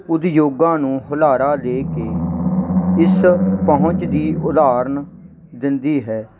ਉਦਯੋਗਾਂ ਨੂੰ ਹੁਲਾਰਾ ਦੇ ਕੇ ਇਸ ਪਹੁੰਚ ਦੀ ਉਦਾਹਰਨ ਦਿੰਦੀ ਹੈ